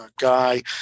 guy